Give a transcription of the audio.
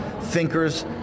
thinkers